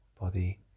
body